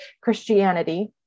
Christianity